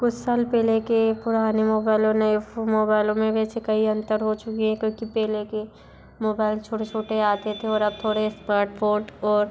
कुच साल पहले के पुराने मोबाइल और नए मोबाइलों में भी ऐसे कई अंतर हो चुके हैं क्योंकि पहले के माेबाइल छोटे छोटे आते थे ओर अब थोड़े इस्मॉटफ़ोन और